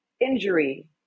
injury